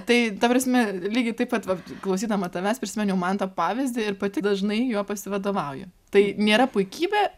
tai ta prasme lygiai taip pat vat klausydama tavęs prisimeniau mantą pavyzdį ir pati dažnai juo pasivadovauju tai nėra puikybė